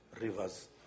rivers